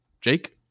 Jake